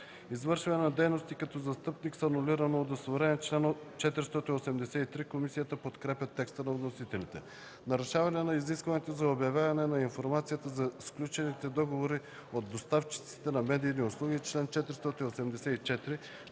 „Извършване на действия като застъпник с анулирано удостоверение” – чл. 483. Комисията подкрепя текста на вносителите за чл. 483. „Нарушаване на изискването за обявяване на информацията за сключените договори от доставчиците на медийни услуги” – чл. 484.